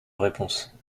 réponse